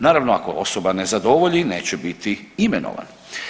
Naravno ako osoba ne zadovolji neće biti imenovan.